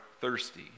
thirsty